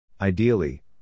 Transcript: Ideally